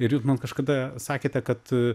ir jūs man kažkada sakėte kad